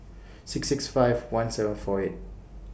six six five one seven four eight